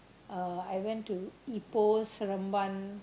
uh I went to Ipoh Seremban